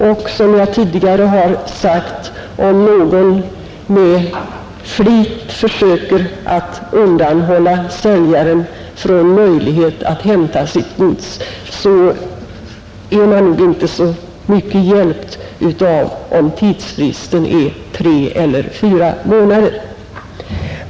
Och som jag tidigare har sagt är man nog inte så mycket hjälpt av om tidsfristen är tre eller fyra månader, om någon med flit försöker undanhålla säljaren från möjligheten att hämta sitt gods.